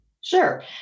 Sure